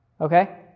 Okay